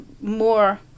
more